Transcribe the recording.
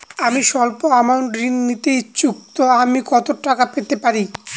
আমি সল্প আমৌন্ট ঋণ নিতে ইচ্ছুক তো আমি কত টাকা পেতে পারি?